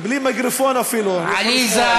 אפילו בלי מיקרופון אני יכול לשמוע אותה.